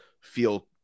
feel